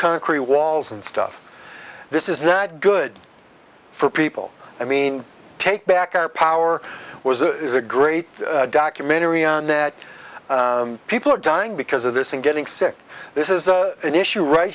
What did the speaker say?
concrete walls and stuff this is not good for people i mean take back our power was a is a great documentary on that people are dying because of this and getting sick this is an issue right